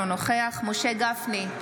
אינו נוכח משה גפני,